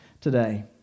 today